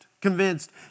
convinced